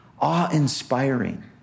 Awe-inspiring